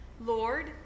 Lord